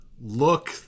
look